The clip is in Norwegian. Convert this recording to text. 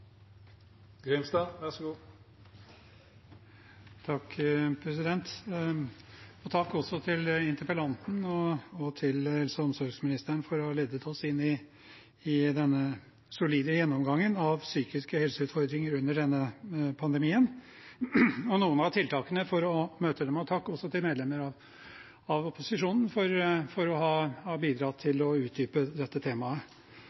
omsorgsministeren for å ha ledet oss inn i denne solide gjennomgangen av psykiske helseutfordringer under denne pandemien og noen av tiltakene for å møte dem. Takk også til medlemmer av opposisjonen for å ha bidratt til å utdype dette temaet,